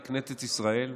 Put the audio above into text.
לכנסת ישראל.